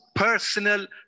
personal